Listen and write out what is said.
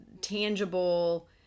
tangible